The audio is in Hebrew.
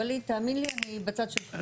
ווליד, תאמין לי, אני בצד שלכם.